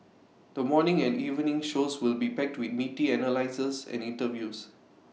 the morning and evening shows will be packed with meaty analyses and interviews